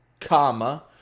comma